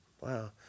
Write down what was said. wow